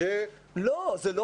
זה לא